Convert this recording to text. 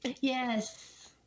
Yes